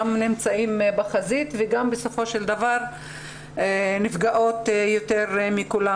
נמצאות בחזית וגם נפגעות יותר מכולם.